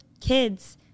kids –